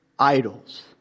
Idols